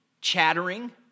chattering